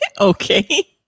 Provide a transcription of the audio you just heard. Okay